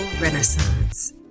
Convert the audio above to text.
renaissance